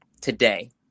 today